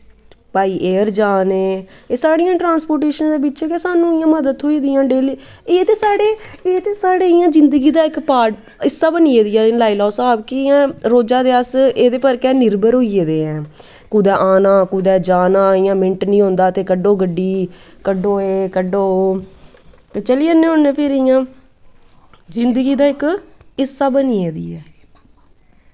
बाई air जा'रने एह् साढ़ियां ट्रांस्पोटेशन दे बिच्च गै सानूं इ'यां मतलब थ्होई दियां डेल्ली एह् ते साढ़े इ'यां जिन्दगी दा इक पार्ट हिस्सा बनी गेदा ऐ लाई लैओ स्हाब कि इ'यां रोजा दे अस एह्दे पर गै निर्भर होई गेदे आं कुदै आना कुदै जाना इ'यां मिंट निं होंदा ते कड्ढ़ो गड्डी कड्ढ़ो एह् कड्ढ़ो ओह् ते चली जन्ने होन्ने फिर इ'यां जिन्दगी दा इक हिस्सा बनी गेदी ऐ